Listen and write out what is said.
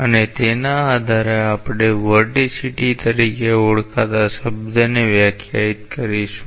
અને તેના આધારે આપણે વર્ટીસીટી તરીકે ઓળખાતા શબ્દને વ્યાખ્યાયિત કરીશું